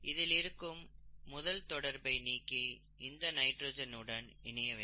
இதில் இருக்கும் முதல் தொடர்பை நீக்கி இது நைட்ரஜன் உடன் இணைய வேண்டும்